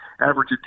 average